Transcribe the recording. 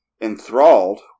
enthralled